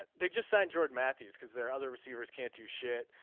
ah they just send george matthews because there are other receivers can't do shit.